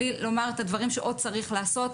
הדברים בלי לומר את הדברים שצריך עוד לעשות.